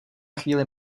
chvíli